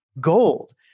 gold